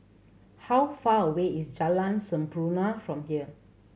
how far away is Jalan Sampurna from here